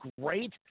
great